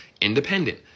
independent